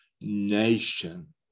nation